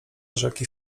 rzeki